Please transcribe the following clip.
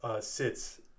sits